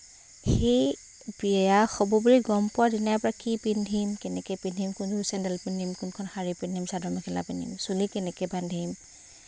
সেই বিয়া হ'ব বুলি গম পোৱাৰ দিনাৰ পৰা কি পিন্ধিম কেনেকৈ পিন্ধিম কোনযোৰ চেন্দেল পিন্ধিম কোনখন শাড়ী পিন্ধিম চাদৰ মেখেলা পিন্ধিম চুলি কেনেকৈ বান্ধিম